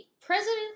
president